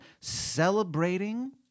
celebrating